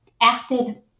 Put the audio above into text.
acted